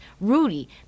Rudy